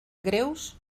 greus